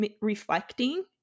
reflecting